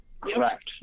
Correct